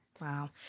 Wow